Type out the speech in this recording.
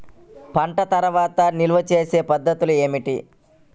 పంట తర్వాత నిల్వ చేసే పద్ధతులు ఏమిటి?